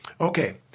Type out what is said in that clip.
Okay